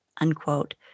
unquote